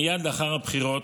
מייד לאחר הבחירות,